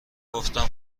گفتم